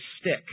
stick